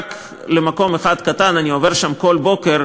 רק למקום אחד קטן, אני עובר שם כל בוקר.